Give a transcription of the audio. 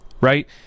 right